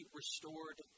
restored